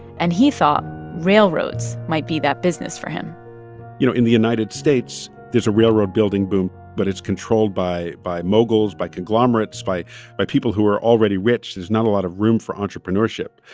and he thought railroads might be that business for him you know, in the united states, there's a railroad-building boom. but it's controlled by by moguls, by conglomerates, by by people who are already rich. there's not a lot of room for entrepreneurship.